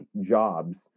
jobs